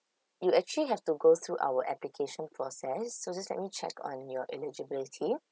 you actually have to go through our application process so just let me check on your eligibility